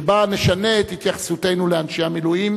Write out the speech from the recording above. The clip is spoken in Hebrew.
שבה נשנה את התייחסותנו לאנשי המילואים